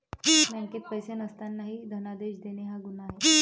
बँकेत पैसे नसतानाही धनादेश देणे हा गुन्हा आहे